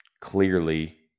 clearly